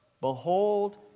Behold